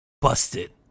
Busted